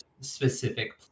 specific